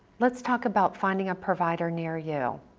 let's talk about finding a provider near you.